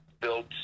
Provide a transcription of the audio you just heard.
built